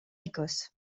écosse